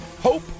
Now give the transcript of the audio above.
Hope